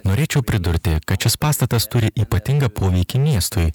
norėčiau pridurti kad šis pastatas turi ypatingą poveikį miestui